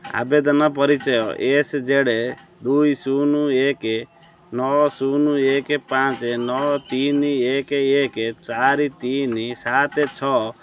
ଆବେଦନ ପରିଚୟ S Z ଦୁଇ ଶୂନ ଏକ ନଅ ଶୂନ ଏକେ ପାଞ୍ଚ ନଅ ତିନି ଏକ ଏକ ଚାରି ତିନି ସାତେ ଛଅ